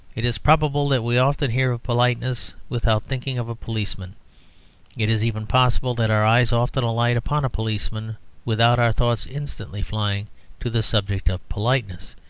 it is probable that we often hear of politeness without thinking of a policeman it is even possible that our eyes often alight upon a policeman without our thoughts instantly flying to the subject of politeness.